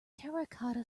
terracotta